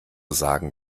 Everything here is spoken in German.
sagen